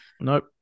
Nope